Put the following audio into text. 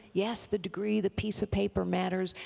yes, the degree, the piece of paper matters,